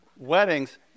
Weddings